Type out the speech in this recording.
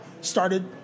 started